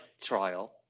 trial